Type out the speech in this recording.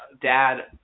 Dad